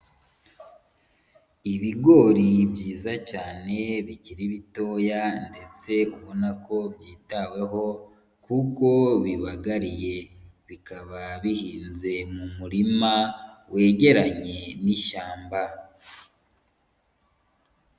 Ibigori byiza cyane bikiri bitoya ndetse ubona ko byitaweho kuko bibagariye, bikaba bihinze mu murima wegeranye n'ishyamba.